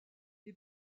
les